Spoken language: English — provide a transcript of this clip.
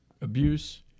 abuse